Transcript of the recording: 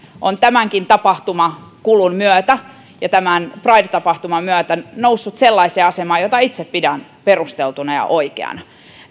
ovat tämänkin tapahtumakulun ja tämän pride tapahtuman myötä nousseet sellaiseen asemaan jota itse pidän perusteltuna ja oikeana